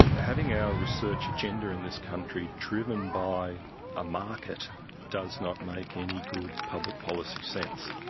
and having our research agenda in this country driven by a market does not make any good public policy sense.